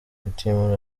mutimura